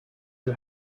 you